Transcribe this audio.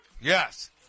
Yes